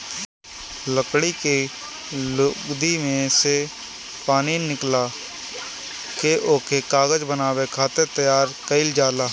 लकड़ी के लुगदी में से पानी निकाल के ओके कागज बनावे खातिर तैयार कइल जाला